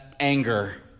Anger